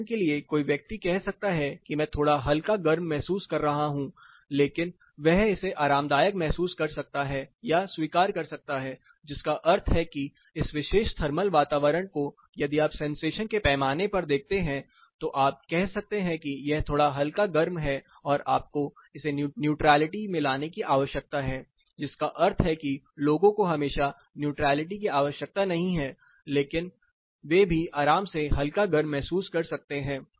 उदाहरण के लिए कोई व्यक्ति कह सकता है कि मैं थोड़ा हल्का गर्म महसूस कर रहा हूं लेकिन वह इसे आरामदायक महसूस कर सकता है या स्वीकार कर सकता है जिसका अर्थ है कि इस विशेष थर्मल वातावरण को यदि आप सेंसेशन के पैमाने पर देखते हैं तो आप कह सकते हैं कि यह थोड़ा हल्का गर्म है और आपको इसे न्यूट्रालिटी में लाने की आवश्यकता है जिसका अर्थ है कि लोगों को हमेशा न्यूट्रालिटी की आवश्यकता नहीं है लेकिन वे भी आराम से हल्का गर्म महसूस कर सकते हैं